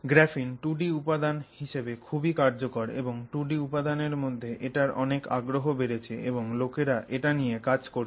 graphene 2 D উপাদান হিসেবে খুবই কার্যকর এবং 2 ডি উপাদানের মধ্যে এটার অনেক আগ্রহ বেড়েছে এবং লোকেরা এটা নিয়ে কাজ করছে